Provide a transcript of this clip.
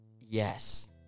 Yes